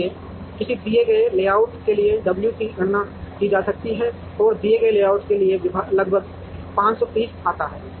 इसलिए किसी दिए गए लेआउट के लिए w की गणना की जा सकती है और यह दिए गए लेआउट के लिए लगभग 530 आता है